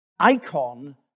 Icon